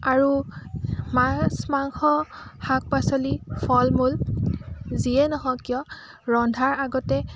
আৰু মাছ মাংস শাক পাচলি ফল মূল যিয়েই নহওঁক কিয় ৰন্ধাৰ আগতে